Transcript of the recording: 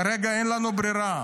כרגע אין לנו ברירה.